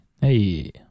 Hey